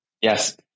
Yes